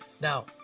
Now